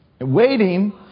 waiting